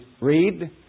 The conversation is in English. read